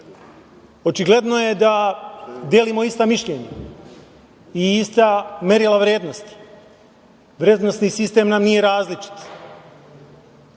Očigledno je da delimo ista mišljenja i ista merila vrednosti. Vrednosni sistem nam nije različit.